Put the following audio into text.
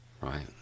right